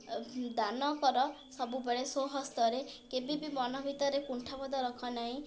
ଦାନ କର ସବୁବେଳେ ସ୍ଵହସ୍ତରେ କେବେବି ମନ ଭିତରେ କୁଣ୍ଠାବୋଧ ରଖ ନାହିଁ